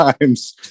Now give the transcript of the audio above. times